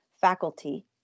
faculty